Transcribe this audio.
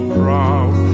proud